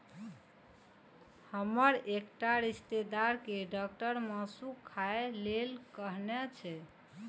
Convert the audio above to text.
हमर एकटा रिश्तेदार कें डॉक्टर मासु खाय लेल कहने छै